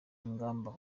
ingamba